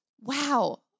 wow